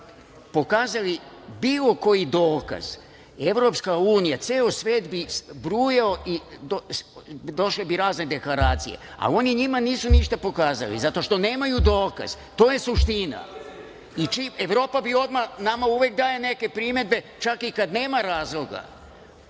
pokazali bilo koji dokaz, EU, ceo svet bi brujao i došle bi razne deklaracije, a oni njima nisu ništa pokazali zato što nemaju dokaze. To je suština. Evropa bi odmah, ona nama daje neke primedbe čak i kad nema razloga. Mislim